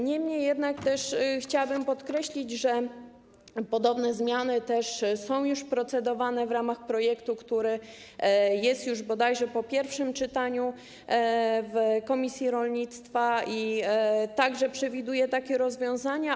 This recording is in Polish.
Niemniej jednak chciałabym podkreślić, że podobne zmiany są już procedowane w ramach projektu, który jest już bodajże po pierwszym czytaniu w komisji rolnictwa i przewiduje takie rozwiązania.